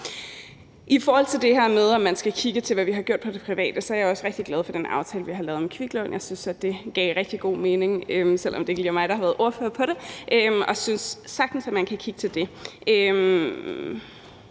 I forhold til det her med, om man skal kigge til, hvad vi har gjort på det private område, er jeg også rigtig glad for den aftale, vi har lavet om kviklån. Jeg synes, det gav rigtig god mening – selv om det ikke lige er mig, der har været ordfører på det – og synes sagtens, at man kan kigge til det.